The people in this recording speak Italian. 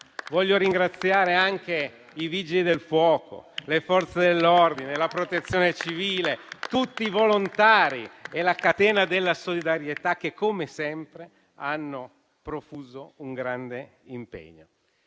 Voglio ringraziare anche i Vigili del fuoco, le Forze dell'ordine, la Protezione civile, tutti i volontari e la catena della solidarietà, che, come sempre, hanno profuso un grande impegno.